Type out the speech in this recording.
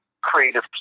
creative